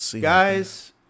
Guys